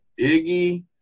Iggy